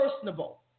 personable